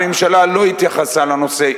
הממשלה לא התייחסה לנושא,